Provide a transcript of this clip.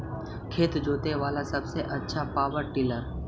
खेत जोते बाला सबसे आछा पॉवर टिलर?